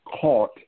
caught